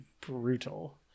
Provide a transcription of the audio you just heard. brutal